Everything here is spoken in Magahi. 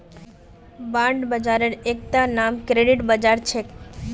बांड बाजारेर एकता नाम क्रेडिट बाजार छेक